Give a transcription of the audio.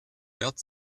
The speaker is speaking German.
bert